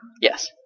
Yes